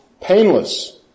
painless